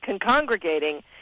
congregating